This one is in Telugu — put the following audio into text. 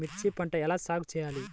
మిర్చి పంట ఎలా సాగు చేయాలి?